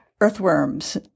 Earthworms